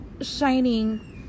shining